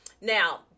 Now